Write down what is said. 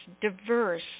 diverse